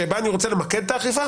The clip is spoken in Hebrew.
שבה אני רוצה למקד את האכיפה,